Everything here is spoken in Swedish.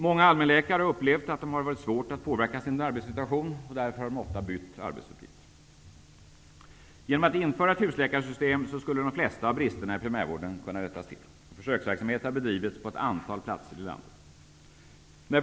Många allmänläkare har upplevt att det har varit svårt att påverka sin arbetssituation, och därför har de ofta bytt arbetsuppgifter. Genom att vi inför ett husläkarsystem skulle de flesta av bristerna i primärvården kunna rättas till. Försöksverksamhet har bedrivits på ett antal platser i landet.